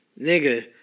nigga